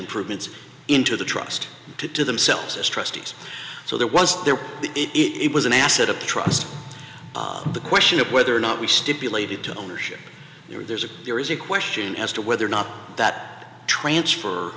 improvements into the trust to themselves as trustees so that was there it was an asset of trust and the question of whether or not we stoop lated to ownership there's a there is a question as to whether or not that transfer